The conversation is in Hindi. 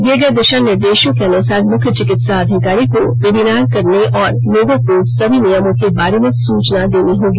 दिए गए दिशा निर्देशों के अनुसार मुख्य चिकित्सा अधिकारी को वेबिनार करने और लोगों को सभी नियमों के बारे में सुचना देनी होगी